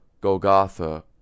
Golgotha